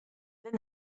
then